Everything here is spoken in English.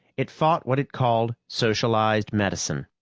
it fought what it called socialized medicine.